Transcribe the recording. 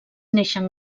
neixen